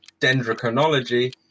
dendrochronology